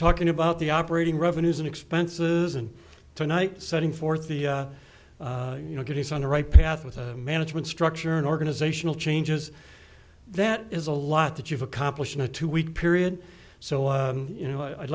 talking about the operating revenues and expenses and tonight setting forth the you know good he's on the right path with a management structure and organizational changes that is a lot that you've accomplished in a two week period so you know i'd